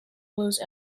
loose